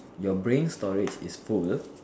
your brain storage is full